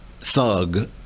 thug